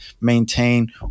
maintain